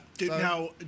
Now